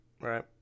Right